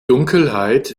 dunkelheit